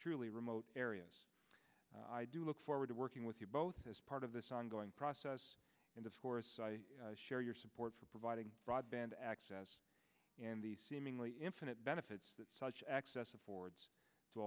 truly remote areas i do look forward to working with you both as part of this ongoing process and of course i share your support for providing broadband access and the seemingly infinite benefits that such access affords to